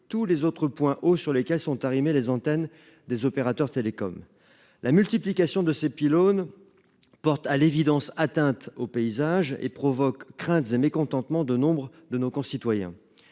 tous les autres points au sur les quais sont arrivés les antennes des opérateurs télécoms. La multiplication de ces pylônes. Porte à l'évidence atteinte au paysage et provoque crainte et mécontentement de nombre de nos concitoyens.